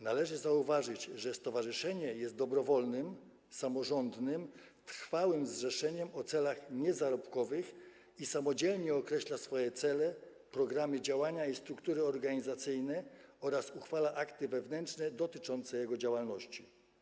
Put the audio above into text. Należy zauważyć, że stowarzyszenie jest dobrowolnym, samorządnym i trwałym zrzeszeniem o celach niezarobkowych, które samodzielnie określa swoje cele, programy działania i struktury organizacyjne oraz uchwala akty wewnętrzne dotyczące jego działalności.